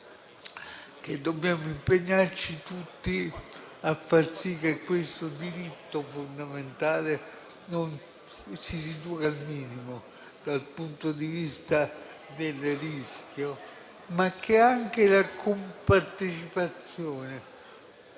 che dobbiamo impegnarci tutti a far sì che questo diritto fondamentale non si riduca al minimo a causa del rischio, ma anche che sia la compartecipazione